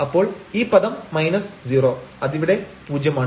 അപ്പോൾ ഈ പദം മൈനസ് 0 അതിവിടെ പൂജ്യമാണ്